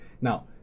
Now